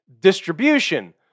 distribution